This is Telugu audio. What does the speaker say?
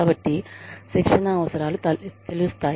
కాబట్టి శిక్షణ అవసరాలు తెలుస్తాయి